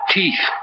teeth